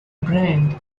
brand